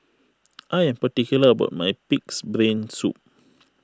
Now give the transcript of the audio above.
I am particular about my Pig's Brain Soup